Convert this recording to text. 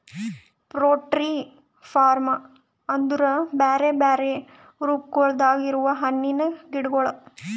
fruit tree form ಅಂದುರ್ ಬ್ಯಾರೆ ಬ್ಯಾರೆ ರೂಪಗೊಳ್ದಾಗ್ ಇರವು ಹಣ್ಣಿನ ಗಿಡಗೊಳ್